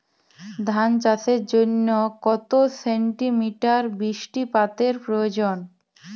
ধান চাষের জন্য কত সেন্টিমিটার বৃষ্টিপাতের প্রয়োজন?